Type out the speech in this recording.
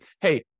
hey